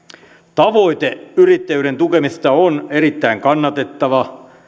tavoite yrittäjyyden tukemisesta on erittäin kannatettava